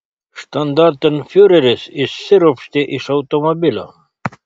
štandartenfiureris išsiropštė iš automobilio